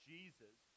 Jesus